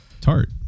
tart